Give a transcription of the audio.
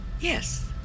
yes